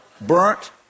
Burnt